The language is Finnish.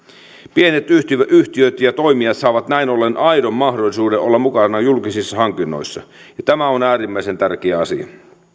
pienet yhtiöt yhtiöt ja toimijat saavat näin ollen aidon mahdollisuuden olla mukana julkisissa hankinnoissa ja tämä on äärimmäisen tärkeä asia